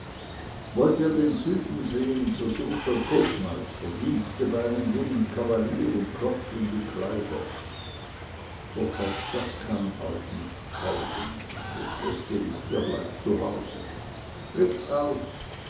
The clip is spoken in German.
wollt ihr den süden sehen so sucht als hofmeister dienste bei einem jungen kavalier und klopft ihm die kleider doch auch das kann euch nicht taugen das beste ist ihr bleibt zu hause blickt aus